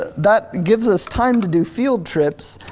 that gives us time to do field trips,